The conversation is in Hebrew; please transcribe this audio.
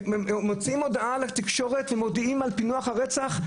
מוציאים הודעה לתקשורת ומודיעים על פענוח הרצח.